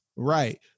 right